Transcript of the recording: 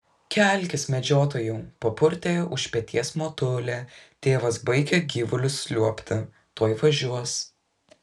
kelkis medžiotojau papurtė už peties motulė tėvas baigia gyvulius liuobti tuoj važiuos